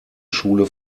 schule